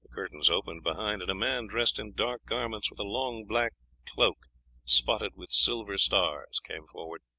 curtains opened behind, and a man dressed in dark garments with a long black cloak spotted with silver stars came forward.